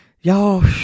y'all